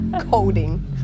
coding